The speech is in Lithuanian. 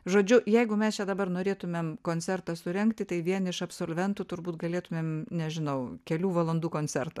žodžiu jeigu mes čia dabar norėtumėm koncertą surengti tai vien iš absolventų turbūt galėtumėm nežinau kelių valandų koncertą